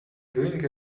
doing